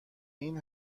این